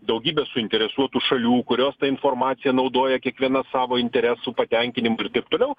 daugybę suinteresuotų šalių kurios tą informaciją naudoja kiekviena savo interesų patenkinimo ir taip toliau